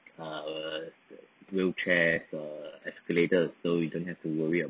uh wheelchair uh escalator so we don't have to worry